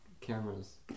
cameras